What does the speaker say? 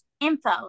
info